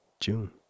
june